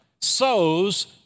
sows